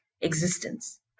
existence